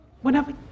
whenever